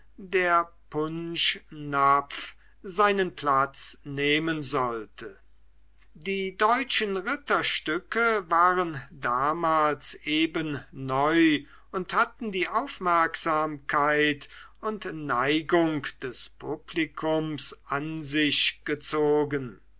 der punschnapf seinen platz nehmen sollte die deutschen ritterstücke waren damals eben neu und hatten die aufmerksamkeit und neigung des publikums an sich gezogen